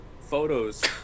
photos